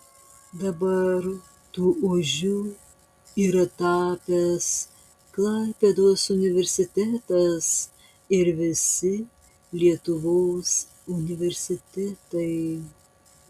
dabar tuo ožiu yra tapęs klaipėdos universitetas ir visi lietuvos universitetai